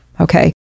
Okay